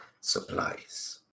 supplies